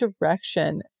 direction